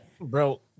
Bro